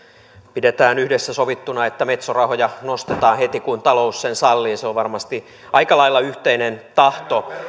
pidetään yhdessä sovittuna että metso rahoja nostetaan heti kun talous sen sallii se on varmasti aika lailla yhteinen tahto